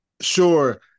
Sure